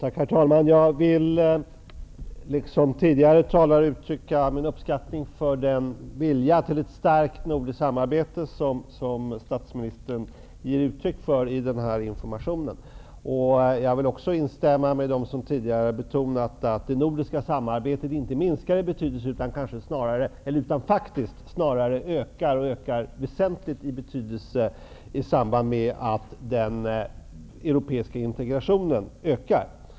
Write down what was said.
Herr talman! Jag vill liksom tidigare talare framföra min uppskattning av den vilja till ett starkt nordiskt samarbete som statsministern ger uttryck för i denna information. Jag vill också instämma med dem som tidigare har betonat att det nordiska samarbetet inte minskar i betydelse, utan snarare ökar väsentligt i betydelse, i samband med att den europeiska integrationen ökar.